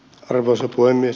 arvoisa puhemies